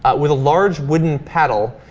with a large wooden paddle